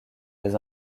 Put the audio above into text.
des